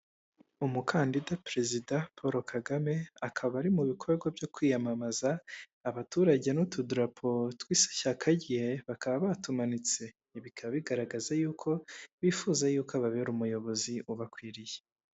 Umukandida perezida Paul Kagame akaba ari mu bikorwa byo kwiyamamaza abaturage n'utuduraporo tw'ishyaka rye bakaba batumanitse, ibi bikaba bigaragaza yuko bifuza yuko uko ababera umuyobozi ubakwiriye.